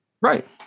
right